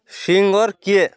singer କିଏ